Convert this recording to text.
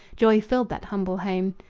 joy filled that humble home.